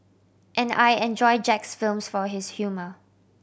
and I enjoy Jack's films for his humour